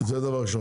זה דבר ראשון.